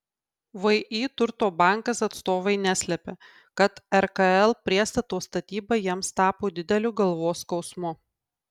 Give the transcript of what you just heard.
vį turto bankas atstovai neslepia kad rkl priestato statyba jiems tapo dideliu galvos skausmu